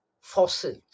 fossils